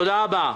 תודה רבה.